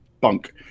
bunk